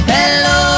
Hello